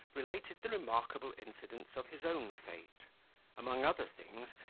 related the remarkable incidents of his own fate among other things,